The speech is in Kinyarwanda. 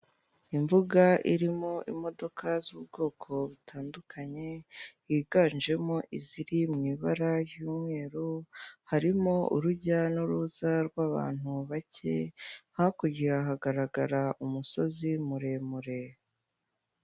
Imbuga irimo imodoka z'ubwoko butandukanye, higanjemo iziri mu ibara ry'umweru, harimo urujya n'uruza rw'abantu bake, hakurya hagaragara umusozi muremure.